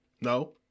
No